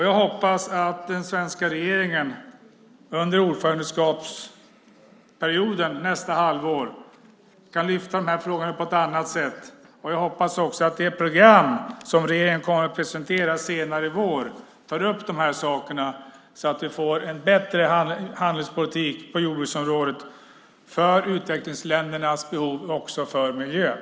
Jag hoppas att den svenska regeringen under ordförandeskapsperioden nästa halvår kan lyfta upp frågorna på ett annat sätt, och jag hoppas också att det program som regeringen kommer att presentera senare i vår tar upp sakerna så att vi får en bättre handelspolitik på jordbruksområdet för utvecklingsländernas behov och för miljön.